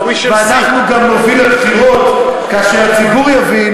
ואנחנו גם נוביל לבחירות כאשר הציבור יבין